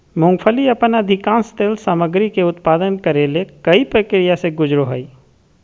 मूंगफली अपन अधिकांश तेल सामग्री के उत्पादन करे ले कई प्रक्रिया से गुजरो हइ